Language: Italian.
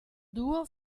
duo